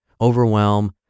overwhelm